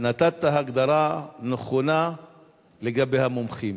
נתת הגדרה נכונה לגבי המומחים.